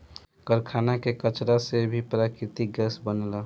कारखाना के कचरा से भी प्राकृतिक गैस बनेला